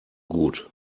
gut